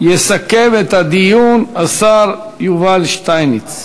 יסכם את הדיון השר יובל שטייניץ.